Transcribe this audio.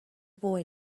boy